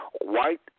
White